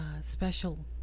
special